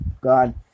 god